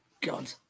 God